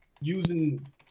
using